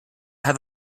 have